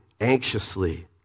anxiously